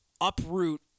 uproot